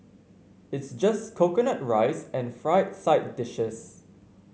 it's just coconut rice and fried side dishes